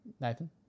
Nathan